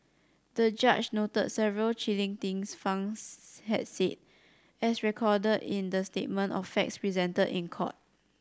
the judge noted several chilling things Fang had said as recorded in the statement of facts presented in court